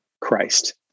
Christ